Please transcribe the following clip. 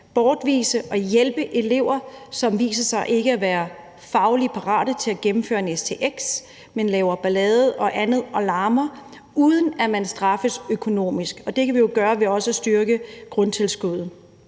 bortvise og hjælpe elever, som viser sig ikke at være fagligt parate til at gennemføre en stx, men laver ballade og andet og larmer, uden at man straffes økonomisk. Det kan vi jo gøre ved også at styrke grundtilskuddet.